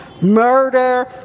murder